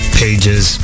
pages